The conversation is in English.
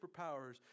superpowers